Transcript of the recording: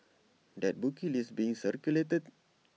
that bookie list being circulated